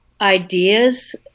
ideas